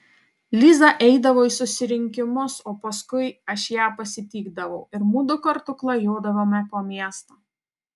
liza eidavo į susirinkimus o paskui aš ją pasitikdavau ir mudu kartu klajodavome po miestą